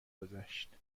گذشت